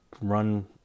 run